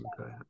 Okay